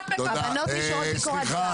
הבנות נשארות בלי קורת גג